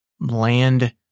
land